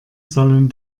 sollen